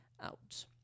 out